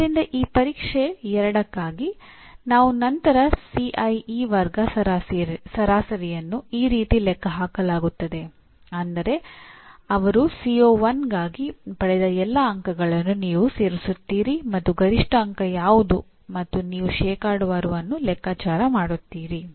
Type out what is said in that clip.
ಆದ್ದರಿಂದ ಈ ಪರೀಕ್ಷೆ 2 ಗಾಗಿ ಮತ್ತು ನಂತರ ಸಿಐಇ ಗಾಗಿ ಪಡೆದ ಎಲ್ಲಾ ಅಂಕಗಳನ್ನು ನೀವು ಸೇರಿಸುತ್ತೀರಿ ಮತ್ತು ಗರಿಷ್ಠ ಅಂಕ ಯಾವುದು ಮತ್ತು ನೀವು ಶೇಕಡಾವಾರು ಅನ್ನು ಲೆಕ್ಕಾಚಾರ ಮಾಡುತ್ತೀರಿ